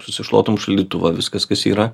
susišluotum šaldytuvą viskas kas yra